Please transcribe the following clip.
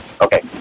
Okay